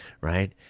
right